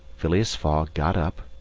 phileas fogg got up,